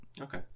okay